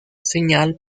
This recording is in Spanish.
señal